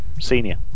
senior